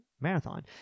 marathon